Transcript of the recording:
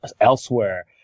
elsewhere